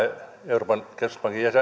euroopan keskuspankin